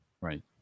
Right